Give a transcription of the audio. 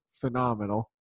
phenomenal